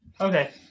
Okay